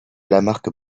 lamarque